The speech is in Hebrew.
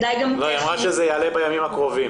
היא אמרה שזה יעלה בימים הקרובים.